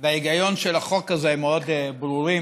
וההיגיון של החוק הזה מאוד ברורים,